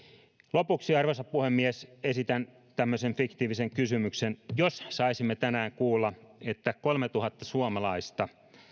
lopuksi arvoisa puhemies esitän tämmöisen fiktiivisen kysymyksen jos saisimme tänään kuulla että kolmetuhatta suomalaista